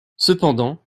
cependant